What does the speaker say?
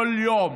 כל יום